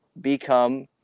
become